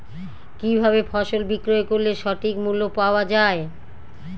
কি ভাবে ফসল বিক্রয় করলে সঠিক মূল্য পাওয়া য়ায়?